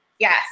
Yes